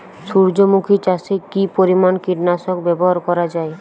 সূর্যমুখি চাষে কি পরিমান কীটনাশক ব্যবহার করা যায়?